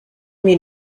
mais